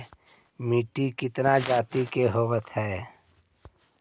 मिट्टी कितना जात के होब हय?